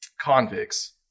convicts